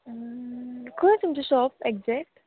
खूंय तुमचें shop exact